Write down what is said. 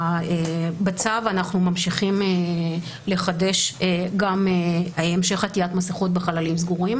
בצו אנחנו ממשיכים לחדש את המשך עטיית המסכות בחללים סגורים.